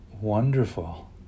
wonderful